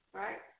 right